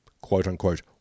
quote-unquote